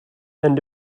and